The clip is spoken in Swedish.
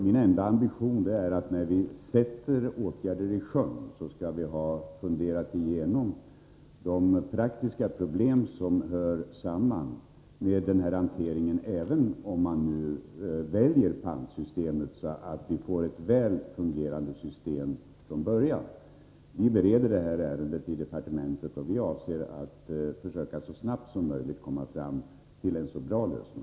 Min enda ambition är att vi, innan åtgärder vidtas, noggrant funderar över de praktiska problem som hör samman med den här hanteringen, även om man väljer pantsystemet. Det gäller att få ett väl fungerande system redan från början. Vi bereder ärendet i departementet, och vi avser att så snart som möjligt komma fram till bästa tänkbara lösning.